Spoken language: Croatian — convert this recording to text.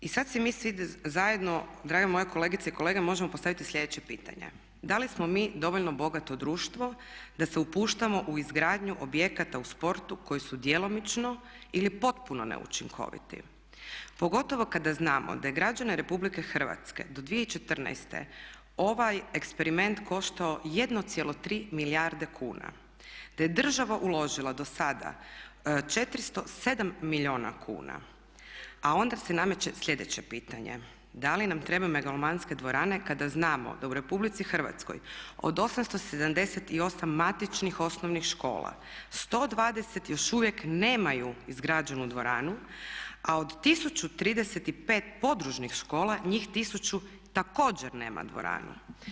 I sada si mi svi zajedno drage moje kolegice i kolege možemo postaviti sljedeće pitanje da li smo mi dovoljno bogato društvo da se upuštamo u izgradnju objekata u sportu koji su djelomično ili potpuno neučinkoviti, pogotovo kada znamo da je građane Republike Hrvatske do 2014. ovaj eksperiment koštao 1,3 milijarde kuna, da je država uložila do sada 407 milijuna kuna, a onda se nameće sljedeće pitanje da li nam treba megalomanske dvorane kada znamo da u Republici Hrvatskoj od 878 matičnih osnovnih škola 120 još uvijek nemaju izgrađenu dvoranu, a od 1035 područnih škola njih 1000 također nemaju dvoranu.